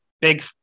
Big